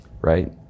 right